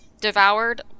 devoured